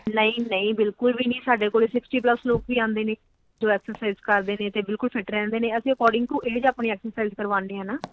ਨਹੀਂ ਨਹੀਂ ਬਿਲਕੁਲ ਵੀ ਨਹੀਂ ਸਾਡੇ ਕੋਲ ਸਿਕਸਟੀ ਪਲੱਸ ਲੋਕ ਵੀ ਆਉਂਦੇ ਨੇ ਜੋ ਐਕਸਸਾਈਜ਼ ਕਰਦੇ ਨੇ ਤੇ ਬਿਲਕੁਲ ਫਿਟ ਰਹਿੰਦੇ ਨੇ ਅਸੀਂ ਅਕੋਰਡਿੰਗ ਟੂ ਏਜ਼ ਆਪਣੇ ਐਕਸਾਈਜ ਕਰਵਾਉਂਦੇ ਆ ਨਾ